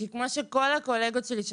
כי כמו שכל הקולגות שלי,